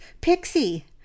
Pixie